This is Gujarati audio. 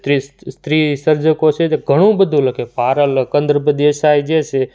જે સ્ત્રી સર્જકો છે જે ઘણું બધું લખે ભારર કંદર્પ દેસાઈ જે છે